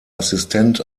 assistent